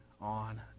on